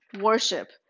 worship